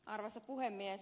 arvoisa puhemies